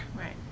Right